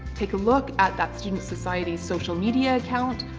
take a look at that student society social media account,